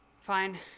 fine